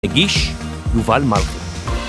הגיש יובל מלכה